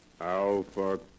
Alpha